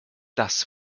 das